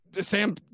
Sam